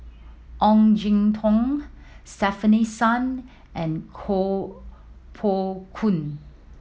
Ong Jin Teong Stefanie Sun and Koh Poh Koon